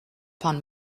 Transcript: upon